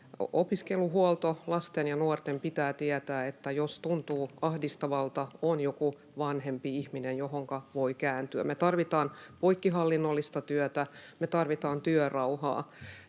opiskeluhuolto. Lasten ja nuorten pitää tietää, että jos tuntuu ahdistavalta, on joku vanhempi ihminen, jonka puoleen voi kääntyä. Me tarvitaan poikkihallinnollista työtä, me tarvitaan työrauhaa.